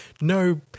no